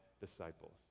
disciples